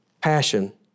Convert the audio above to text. passion